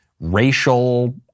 racial